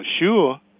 sure